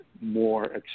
more